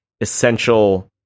essential